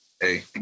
hey